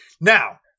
Now